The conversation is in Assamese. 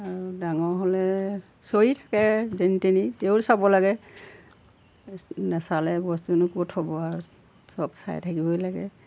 আৰু ডাঙৰ হ'লে চৰি থাকে যেনি তেনি তেও চাব লাগে নাচালে বস্তুনো ক'ত হ'ব আৰু চব চাই থাকিবই লাগে